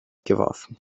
geworfen